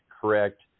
correct